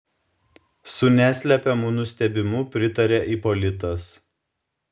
su neslepiamu nustebimu pritarė ipolitas